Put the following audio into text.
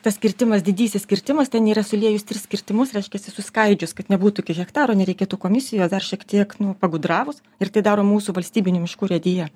tas kirtimas didysis kirtimas ten yra suliejus tris kirtimus reiškiasi suskaidžius kad nebūtų iki hektarų nereikėtų komisijos dar šiek tiek nu pagudravus ir tai daro mūsų valstybinių miškų urėdija